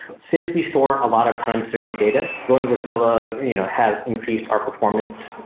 since we store a lot of time series data, going with scylla you know has increased our performance,